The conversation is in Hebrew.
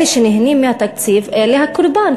אלה שנהנים מהתקציב אלה הקורבן,